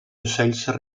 ocells